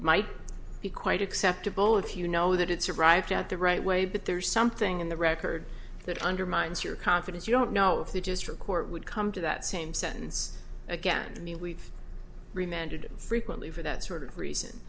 might be quite acceptable if you know that it's arrived at the right way but there's something in the record that undermines your confidence you don't know if they just record would come to that same sentence again i mean we've reminded frequently for that sort of reason